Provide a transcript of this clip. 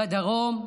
בדרום,